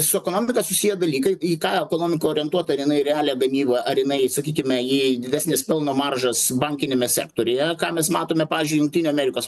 su ekonomika susiję dalykai į ką ekonomika orientuota ar jinai realią gamybą ar jinai sakykime į didesnes pelno maržas bankiniame sektoriuje ką mes matome pavyzdžiui jungtinių amerikos